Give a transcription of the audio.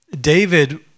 David